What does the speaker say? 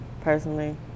personally